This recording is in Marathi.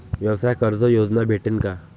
व्यवसाय कर्ज योजना भेटेन का?